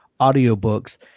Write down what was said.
audiobooks